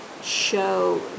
show